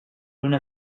una